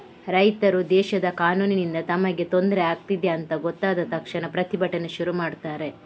ರೈತರು ದೇಶದ ಕಾನೂನಿನಿಂದ ತಮಗೆ ತೊಂದ್ರೆ ಆಗ್ತಿದೆ ಅಂತ ಗೊತ್ತಾದ ತಕ್ಷಣ ಪ್ರತಿಭಟನೆ ಶುರು ಮಾಡ್ತಾರೆ